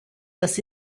dass